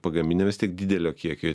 pagaminę vis tiek didelio kiekio